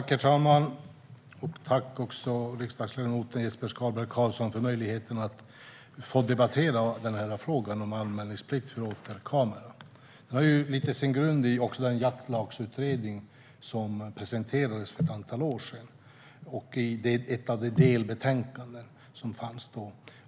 Herr talman! Jag tackar riksdagsledamot Jesper Skalberg Karlsson för möjligheten att debattera frågan om anmälningsplikt för åtelkameror. Den har lite sin grund i den jaktlagsutredning som presenterades för ett antal år sedan och ett av de delbetänkanden som fanns då.